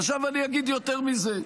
עכשיו, אני אגיד יותר מזה.